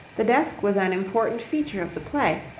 the desk was an important feature of the play,